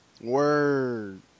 Word